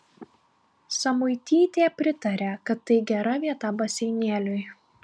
samuitytė pritarė kad tai gera vieta baseinėliui